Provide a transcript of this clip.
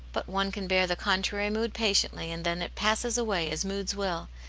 but one can bear the contrary mood patiently, and then it passes away, as moods will.